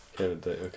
okay